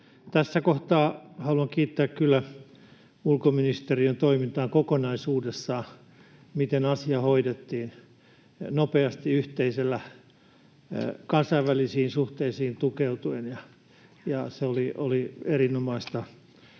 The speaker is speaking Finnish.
Tässä kohtaa haluan kiittää kyllä ulkoministeriön toimintaa kokonaisuudessaan, miten asia hoidettiin nopeasti kansainvälisiin suhteisiin tukeutuen. Se oli erinomaista.